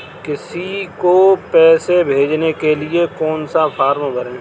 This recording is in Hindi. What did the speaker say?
किसी को पैसे भेजने के लिए कौन सा फॉर्म भरें?